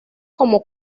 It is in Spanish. como